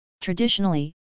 traditionally